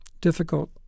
difficult